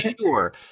Sure